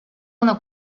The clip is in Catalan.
una